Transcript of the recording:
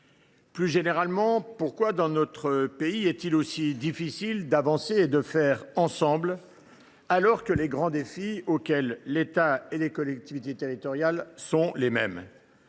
Plus généralement, pourquoi, dans notre pays, est il aussi difficile d’avancer et de construire ensemble, alors que les grands défis auxquels l’État et les collectivités territoriales font face sont les mêmes ?